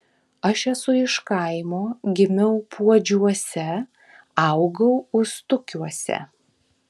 aš esu iš kaimo gimiau puodžiuose augau ustukiuose